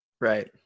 right